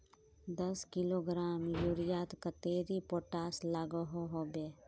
दस किलोग्राम यूरियात कतेरी पोटास लागोहो होबे?